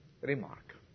remark